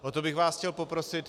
O to bych vás chtěl poprosit.